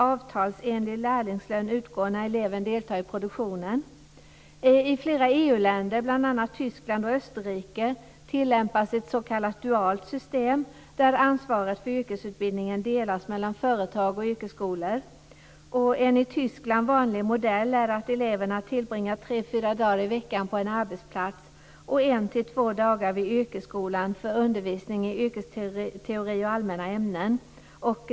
Avtalsenlig lärlingslön utgår när eleven deltar i produktionen. I flera EU-länder, bl.a. Tyskland och Österrike, tillämpas ett s.k. dualt system där ansvaret för yrkesutbildningen delas mellan företag och yrkesskolor. En i Tyskland vanlig modell är att eleverna tillbringar 3 4 dagar i veckan på en arbetsplats och 1-2 dagar vid yrkesskolan för undervisning i yrkesteori och allmänna ämnen.